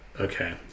okay